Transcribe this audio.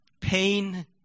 pain